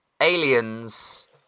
aliens